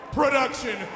production